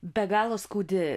be galo skaudi